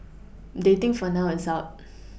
dating for now is out